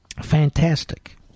Fantastic